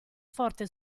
forte